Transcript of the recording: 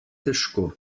težko